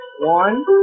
One